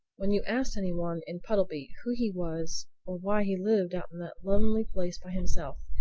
when you asked anyone in puddleby who he was or why he lived out in that lonely place by himself,